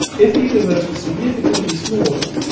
if the universe was significantly smaller,